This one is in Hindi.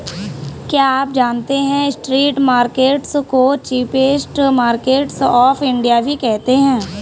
क्या आप जानते है स्ट्रीट मार्केट्स को चीपेस्ट मार्केट्स ऑफ इंडिया भी कहते है?